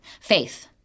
Faith